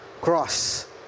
cross